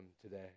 today